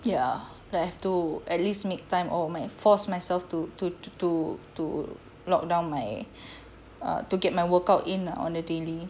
ya like I have to at least make time or force myself to to to to to lock down my err to get my workout in ah on a daily